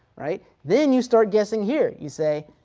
right. then you start guessing here. you say,